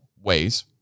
ways